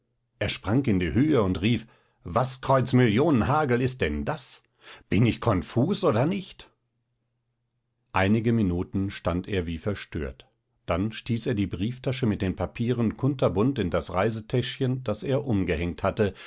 er sprang in die höhe und rief was kreuz millionenhagel ist denn das bin ich konfus oder nicht einige minuten stand er wie verstört dann stieß er die brieftasche mit den papieren kunterbunt in das reisetäschchen das er umgehängt hatte